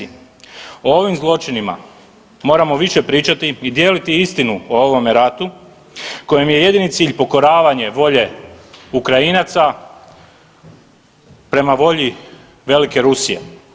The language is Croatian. O ovim zločinima moramo više pričati i dijeliti istinu o ovome ratu kojem je jedini cilj pokoravanje volje Ukrajinaca prema volji velike Rusije.